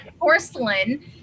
porcelain